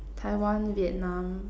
Taiwan Vietnam